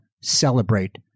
celebrate